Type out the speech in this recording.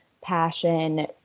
passion